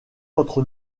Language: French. votre